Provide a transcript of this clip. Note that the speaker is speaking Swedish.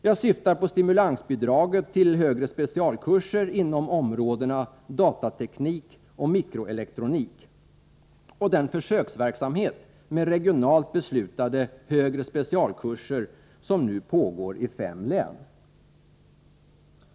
Jag syftar då på stimulansbidraget till högre specialkurser inom områdena datateknik och mikroelektronik och den försöksverksamhet med regionalt beslutade högre specialkurser som nu pågår i fem län.